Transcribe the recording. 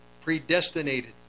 predestinated